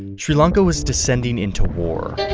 and sri lanka was descending into war.